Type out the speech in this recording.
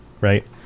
right